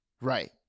Right